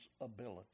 ability